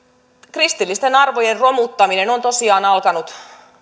kristillisten arvojen romuttaminen on tosiaan alkanut